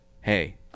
hey